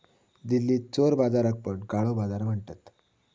दिल्लीत चोर बाजाराक पण काळो बाजार म्हणतत